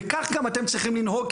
וכך גם אתם צריכים לנהוג,